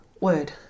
word